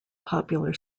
popular